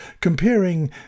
comparing